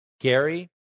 Gary